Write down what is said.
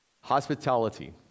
Hospitality